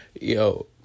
Yo